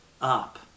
up